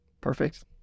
Perfect